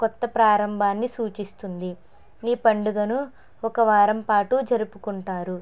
కొత్త ప్రారంభాన్ని సూచిస్తుంది ఈ పండుగను ఒక వారం పాటు జరుపుకుంటారు